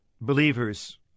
believers